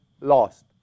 lost